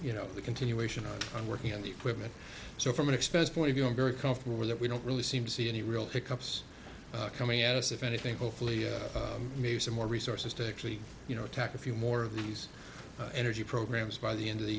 you know the continuation on working on the equipment so from an expense point of view i'm very comfortable with that we don't really seem to see any real pickups coming at us if anything hopefully maybe some more resources to actually you know attack a few more of these energy programs by the end of the